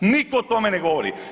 Niko o tome ne govore.